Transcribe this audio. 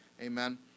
amen